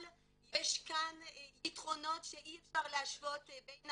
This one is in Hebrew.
אבל יש כאן יתרונות שאי אפשר להשוות בין